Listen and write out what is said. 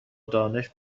دانش